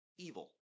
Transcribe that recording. evil